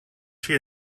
she